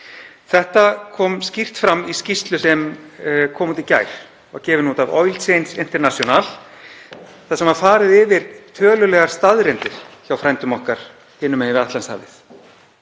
Þetta kom skýrt fram í skýrslu sem kom út í gær og var gefin út af Oil Change International þar sem var farið yfir tölulegar staðreyndir hjá frændum okkar hinum megin Atlantshafið.